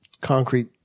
concrete